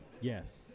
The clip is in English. Yes